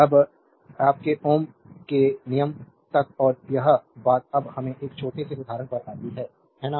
अब आपके Ω के नियम तक और यह बात अब हमें एक छोटे से उदाहरण पर आती है है ना